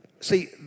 See